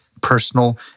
personal